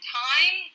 time